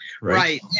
right